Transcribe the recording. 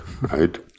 Right